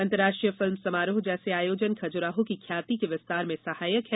अंतर्राष्ट्रीय फिल्म समारोह जैसे आयोजन खजुराहो की ख्याति के विस्तार में सहायक है